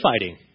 fighting